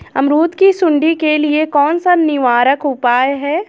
अमरूद की सुंडी के लिए कौन सा निवारक उपाय है?